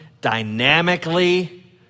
dynamically